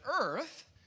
earth